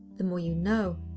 the more you know,